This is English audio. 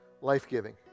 life-giving